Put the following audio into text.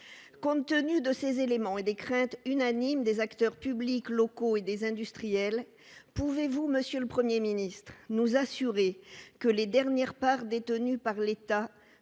Compte tenu de ces éléments et des craintes unanimes des acteurs publics locaux et des industriels, pouvez-vous, monsieur le Premier ministre, nous assurer que les dernières parts détenues par l'État